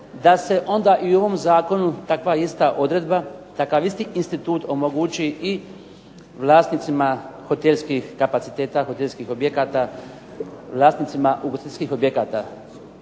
da se onda i u ovom Zakonu takva ista odredba, takav isti institut omogući i vlasnicima hotelskih kapaciteta, objekata, vlasnicima ugostiteljskih objekata,